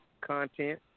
content